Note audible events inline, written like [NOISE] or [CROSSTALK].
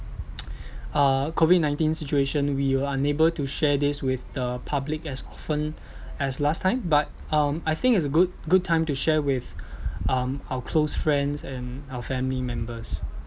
[NOISE] uh COVID nineteen situation we were unable to share this with the public as often as last time but um I think it's a good good time to share with um our close friends and our family members